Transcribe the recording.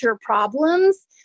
problems